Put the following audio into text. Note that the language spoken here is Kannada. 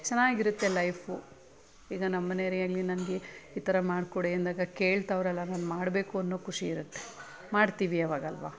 ಚೆನ್ನಾಗಿರುತ್ತೆ ಲೈಫು ಈಗ ನಮ್ಮನೆಯೋರೇ ಆಗಲಿ ನನಗೆ ಈ ಥರ ಮಾಡಿಕೊಡೆ ಅಂದಾಗ ಕೇಳ್ತವ್ರಲ್ಲ ನಾನು ಮಾಡಬೇಕು ಅನ್ನೋ ಖುಷಿ ಇರುತ್ತೆ ಮಾಡ್ತೀವಿ ಅವಾಗಲ್ವ